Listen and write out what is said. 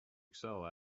excel